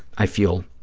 i feel